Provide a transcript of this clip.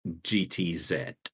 GTZ